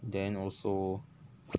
then also